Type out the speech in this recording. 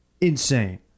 insane